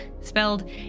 spelled